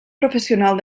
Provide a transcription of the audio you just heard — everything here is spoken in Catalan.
professional